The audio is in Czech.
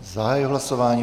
Zahajuji hlasování.